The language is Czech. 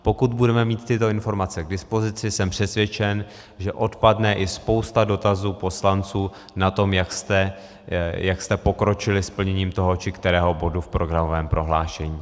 Pokud budeme mít tyto informace k dispozici, jsem přesvědčen, že odpadne i spousta dotazů poslanců na to, jak jste pokročili s plněním toho či kterého bodu v programovém prohlášení.